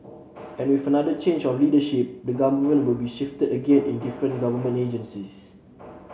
and with another change of leadership the government will be shifted again in different government agencies